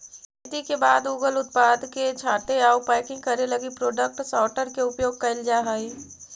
खेती के बाद उगल उत्पाद के छाँटे आउ पैकिंग करे लगी प्रोडक्ट सॉर्टर के उपयोग कैल जा हई